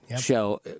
show